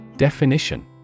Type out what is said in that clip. Definition